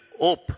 hope